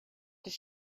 does